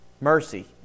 Mercy